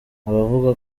abavuga